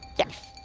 yes.